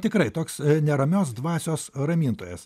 tikrai toks neramios dvasios ramintojas